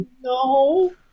No